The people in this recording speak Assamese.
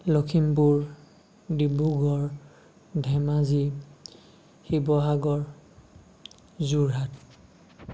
লখিমপুৰ ডিব্ৰুগড় ধেমাজী শিৱসাগৰ যোৰহাট